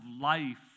life